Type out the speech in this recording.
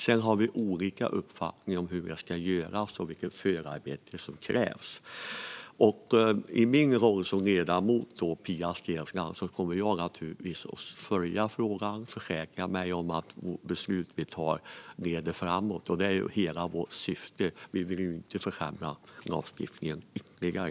Sedan har vi olika uppfattning om hur detta ska göras och om vilket förarbete som krävs. I min roll som ledamot kommer jag naturligtvis att följa frågan och försäkra mig om att det beslut vi tar leder framåt. Detta är ju hela vårt syfte; vi vill ju inte försämra lagstiftningen ytterligare.